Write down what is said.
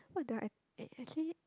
what do I eh actually